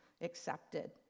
accepted